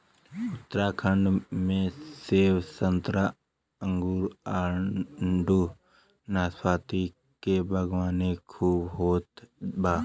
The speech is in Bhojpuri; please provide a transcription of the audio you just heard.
उत्तराखंड में सेब संतरा अंगूर आडू नाशपाती के बागवानी खूब होत बा